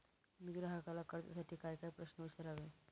मी ग्राहकाला कर्जासाठी कायकाय प्रश्न विचारावे?